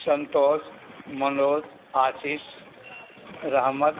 Santosh Manoj Ashish Rahmat